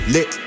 Lit